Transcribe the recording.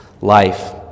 life